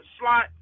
slot